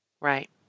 Right